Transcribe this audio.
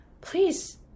please